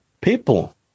people